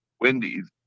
Wendy's